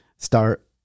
Start